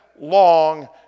long